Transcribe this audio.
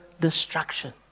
destruction